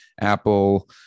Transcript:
Apple